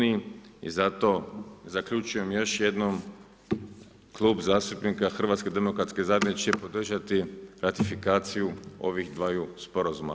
I zato zaključujem još jednom, Klub zastupnika HDZ će podržati ratifikaciju ovih dvaju sporazuma.